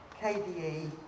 kde